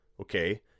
okay